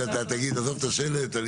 שתגיד שאין צורך בשלט.